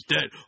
dead